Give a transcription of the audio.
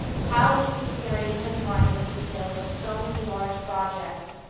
how he can carry in his mind the details of so many large projects,